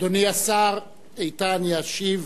אדוני השר איתן ישיב